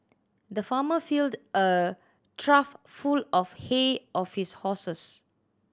the farmer filled a trough full of hay of his horses